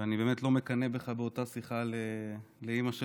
ואני באמת לא מקנא בך באותה שיחה לאימא שלך,